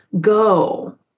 go